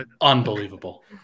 unbelievable